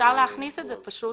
אפשר להכניס את זה להגדרה.